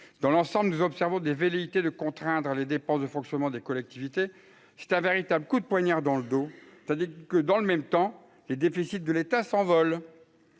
dans l'ensemble, nous observons des velléités de contraindre les dépenses de fonctionnement des collectivités, c'est un véritable coup de poignard dans le dos, tandis que dans le même temps, les déficits de l'État s'envole,